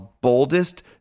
boldest